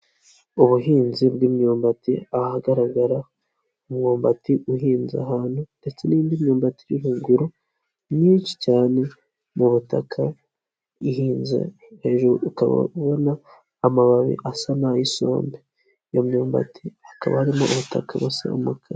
Ubuhinzi bw'imyumbati ahagaragara umwumbati uhinze ahantu ndetse n'indi myubati iri ruguru nyinshi cyane mu butaka ihinze hejuru ukaba ubona amababi asa n'ay'isombe, iyo myumbati hakaba harimo ubutaka busa umukara.